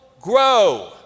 grow